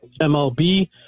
MLB